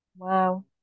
Wow